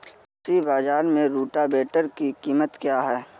कृषि बाजार में रोटावेटर की कीमत क्या है?